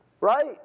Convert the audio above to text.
Right